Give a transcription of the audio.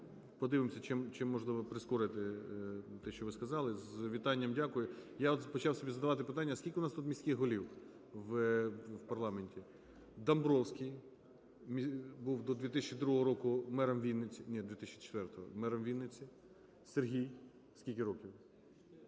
Подивимося, чим можливо прискорити те, що ви сказали. З вітанням дякую. Я от почав собі задавати питання: скільки у нас тут міських голів в парламенті? Домбровський був до 2002 року мером Вінниці, ні, до 2004-го, мером Вінниці. Сергій, скільки років?